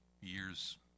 years